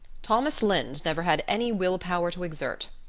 thomas lynde never had any will power to exert.